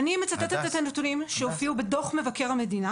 אני מצטטת את הנתונים שהופיעו בדוח מבקר המדינה